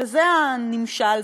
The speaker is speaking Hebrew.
וזה הנמשל,